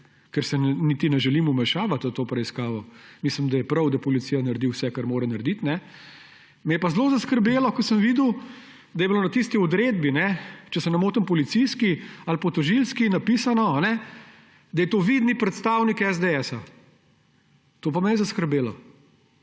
ker se niti ne želim vmešavati v to preiskavo. Mislim, da je prav, da policija naredi vse, kar mora narediti. Me je pa zelo zaskrbelo, ko sem videl, da je bilo na tisti odredbi, če se ne motim policijski ali pa tožilski, napisano, da je to vidni predstavnik SDS. To pa me je zaskrbelo.